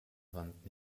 wand